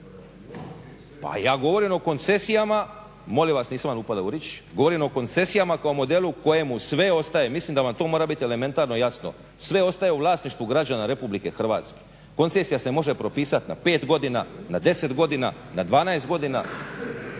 Pa ja govorim o koncesijama, molim vas nisam vam upadao u riječ, govorim o koncesijama kao modelu u kojemu sve ostaje, mislim da vam to mora biti elementarno jasno, sve ostaje u vlasništvu građana RH. Koncesija se može propisati na 5 godina, na 10 godina, na 12 godina,